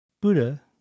Buddha